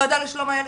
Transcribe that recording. הוועדה לשלום הילד.